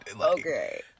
Okay